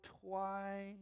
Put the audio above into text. twice